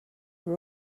were